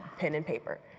pen and paper.